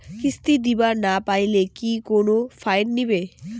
কিস্তি দিবার না পাইলে কি কোনো ফাইন নিবে?